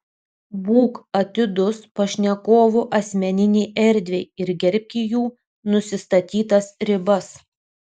būk atidus pašnekovų asmeninei erdvei ir gerbki jų nusistatytas ribas